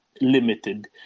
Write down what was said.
limited